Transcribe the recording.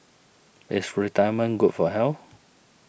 is retirement good for health